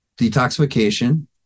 detoxification